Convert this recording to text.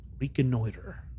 Reconnoiter